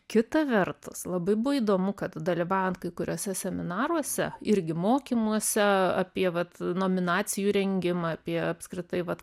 kita vertus labai buvo įdomu kad dalyvaujant kai kuriuose seminaruose irgi mokymuose apie vat nominacijų rengimą apie apskritai vat